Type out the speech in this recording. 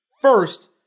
First